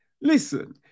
Listen